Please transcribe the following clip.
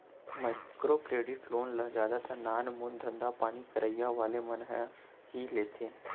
micro credit loan ल जादातर नानमून धंधापानी करइया वाले मन ह ही लेथे